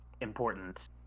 important